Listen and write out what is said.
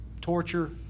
torture